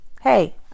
hey